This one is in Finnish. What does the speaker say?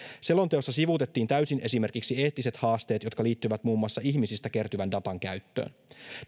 selonteossa sivuutettiin täysin esimerkiksi eettiset haasteet jotka liittyvät muun muassa ihmisistä kertyvän datan käyttöön